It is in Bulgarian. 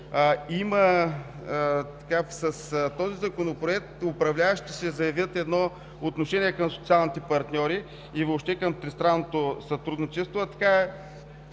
с този Законопроект управляващите ще заявят отношение към социалните партньори и въобще към тристранното сътрудничество.